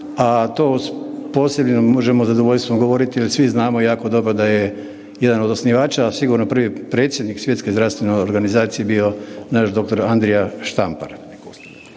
a to posebno možemo sa zadovoljstvom govoriti jer svi znamo jako dobro da je jedan od osnivača, a sigurno prvi predsjednik Svjetske zdravstvene organizacije bio naš dr. Andrija Štampar.